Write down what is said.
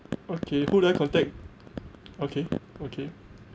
okay who do I contact okay okay